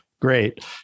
great